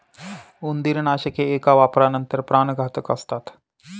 उंदीरनाशके एका वापरानंतर प्राणघातक असतात